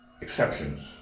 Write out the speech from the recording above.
exceptions